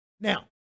Now